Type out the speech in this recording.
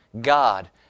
God